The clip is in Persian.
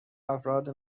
افراد